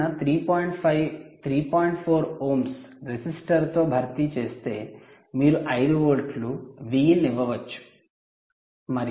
4 ohms రెసిస్టర్తో భర్తీ చేస్తే మీరు 5 వోల్ట్ల Vin ఇవ్వవచ్చు మరియు మీరు 0